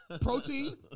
Protein